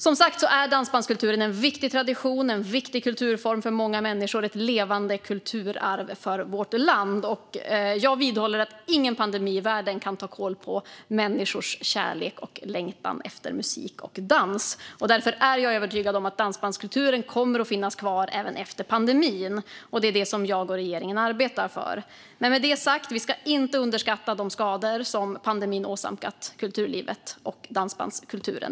Som sagt är dansbandskulturen en viktig tradition, en viktig kulturform för många människor och ett levande kulturarv för vårt land. Jag vidhåller att ingen pandemi i världen kan ta kål på människors kärlek till och längtan efter musik och dans. Därför är jag övertygad om att dansbandskulturen kommer att finnas kvar även efter pandemin, och det är det som jag och regeringen arbetar för. Med det sagt ska vi inte underskatta de skador som pandemin åsamkat kulturlivet och dansbandskulturen.